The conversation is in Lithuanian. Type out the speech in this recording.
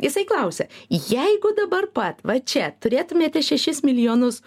jisai klausia jeigu dabar pat va čia turėtumėte šešis milijonus